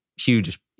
huge